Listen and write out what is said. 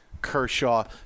Kershaw